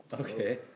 Okay